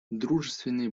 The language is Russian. дружественные